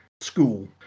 school